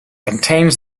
contains